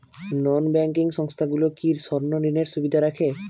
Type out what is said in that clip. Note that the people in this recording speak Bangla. নন ব্যাঙ্কিং সংস্থাগুলো কি স্বর্ণঋণের সুবিধা রাখে?